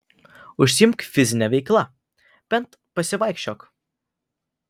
užsiimk fizine veikla bent pasivaikščiok